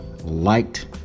liked